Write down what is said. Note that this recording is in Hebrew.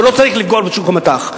ולא צריך לפגוע בשוק המט"ח,